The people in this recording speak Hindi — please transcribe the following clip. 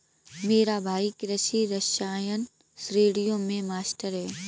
मेरा भाई कृषि रसायन श्रेणियों में मास्टर है